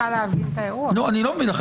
טבעיים האימהות